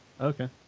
Okay